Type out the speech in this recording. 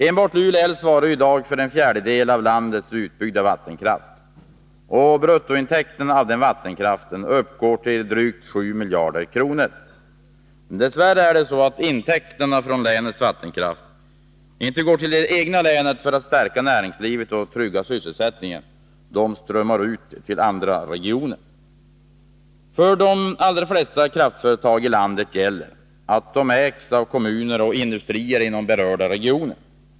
Enbart Lule älv svarar i dag för en fjärdedel av landets utbyggda vattenkraft. Bruttointäkterna av denna vattenkraft uppgår till drygt 7 miljarder kronor. Dessvärre går dessa intäkter från länets vattenkraft inte till det egna länet för att stärka näringslivet och trygga sysselsättningen. De strömmar ut till andra regioner. För de flesta kraftföretag i landet gäller att de ägs av kommuner och industrier inom berörda regioner.